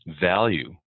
value